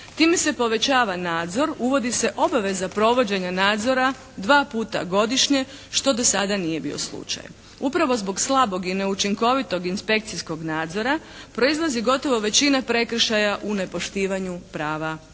Time se povećava nadzor, uvodi se obaveza provođenja nadzora dva puta godišnje što do sada nije bio slučaj. Upravo zbog slabog i neučinkovitog inspekcijskog nadzora proizlazi gotovo većina prekršaja u nepoštivanju prava